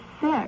sick